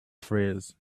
phrase